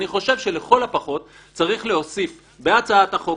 אני חושב שלכל הפחות צריך להוסיף בהצעת החוק